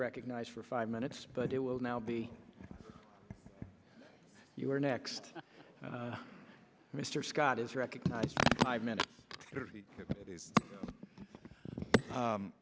recognized for five minutes but it will now be your next mr scott is recognized five minutes